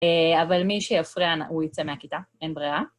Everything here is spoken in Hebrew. אבל מי שיפריע, הוא ייצא מהכיתה, אין ברירה.